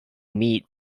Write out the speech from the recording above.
meet